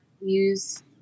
use